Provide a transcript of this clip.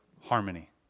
harmony